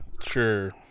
Sure